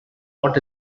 what